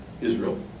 Israel